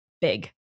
big